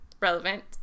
relevant